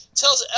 tells